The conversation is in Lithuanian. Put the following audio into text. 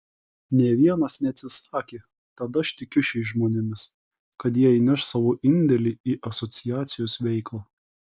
nė vienas neatsisakė tad aš tikiu šiais žmonėmis kad jie įneš savo indėlį į asociacijos veiklą